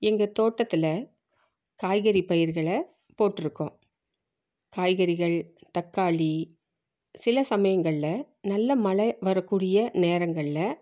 எங்கள் தோட்டத்தில் காய்கறி பயிர்களை போட்டுருக்கோம் காய்கறிகள் தக்காளி சில சமயங்களில் நல்ல மழை வரக்கூடிய நேரங்களில்